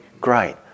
great